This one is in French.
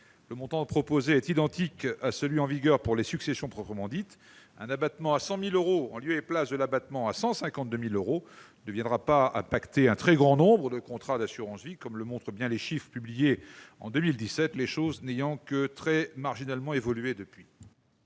Ce montant est identique à celui qui vaut pour les successions proprement dites. Un abattement de 100 000 euros, en lieu et place de celui de 152 000 euros, n'aura d'incidence que sur un très faible nombre de contrats d'assurance vie, comme le montrent bien les chiffres publiés en 2017, les choses n'ayant que marginalement évolué depuis